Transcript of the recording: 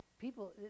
people